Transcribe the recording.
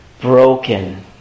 broken